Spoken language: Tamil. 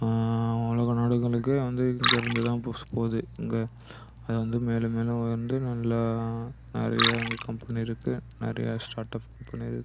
உலக நாடுகளுக்கு வந்து இங்கே இருந்து தான் போது இங்கே அது வந்து மேலும் மேலும் உயர்ந்து நல்லா நிறையா வந்து கம்பெனி இருக்குது நிறையா ஷாட்அப் கம்பெனி இருக்குது